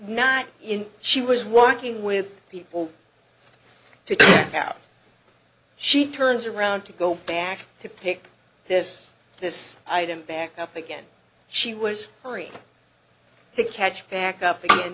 in she was working with people to have she turns around to go back to pick this this item back up again she was hurrying to catch back up again